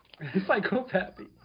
Psychopathy